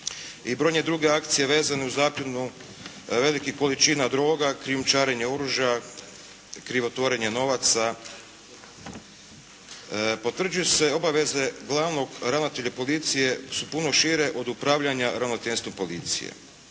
i brojne druge akcije vezane uz zapljenu velikih količina droga, krijumčarenje oružja, krivotvorenje novaca potvrđuju se obaveze glavnog ravnatelja policije, su puno šire od upravljanja ravnateljstvom policije,